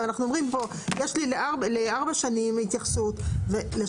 אנחנו אומרים פה: יש לי לארבע שנים התייחסות ולשנה